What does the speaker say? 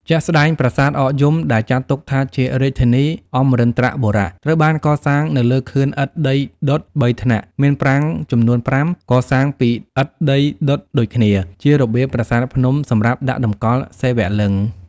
ជាក់ស្ដែង ប្រាសាទអកយំ ដែលចាត់ទុកថាជារាជធានីអមរិន្ទ្របុរៈ ត្រូវបានកសាងនៅលើខឿនឥដ្ឋដីដុត ៣ ថ្នាក់ មានប្រាង្គចំនួន ៥ កសាងពីឥដ្ឋដីដុតដូចគ្នា ជារបៀបប្រាសាទភ្នំសម្រាប់ដាក់តម្កល់សិវលិង្គ។